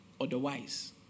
Otherwise